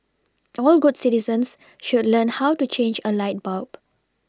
all good citizens should learn how to change a light bulb